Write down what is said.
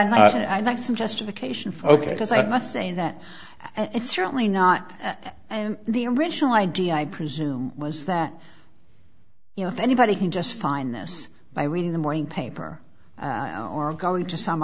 i'd like some justification for ok because i must say that it's certainly not the original idea i presume was that you know anybody can just find this by reading the morning paper or going to some